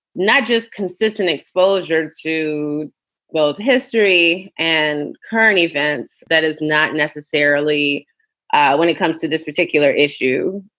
not just consistent exposure to both history and current events. that is not necessarily when it comes to this particular issue.